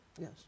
Yes